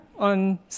on